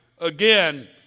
again